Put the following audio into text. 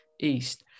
East